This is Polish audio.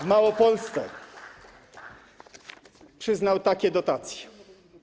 W Małopolsce przyznał takie dotacje.